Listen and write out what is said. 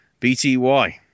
BTY